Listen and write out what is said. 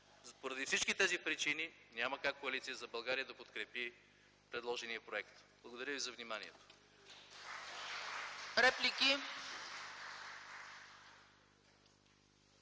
Поради всички тези причини няма как Коалиция за България да подкрепи предложения проект. Благодаря ви за вниманието.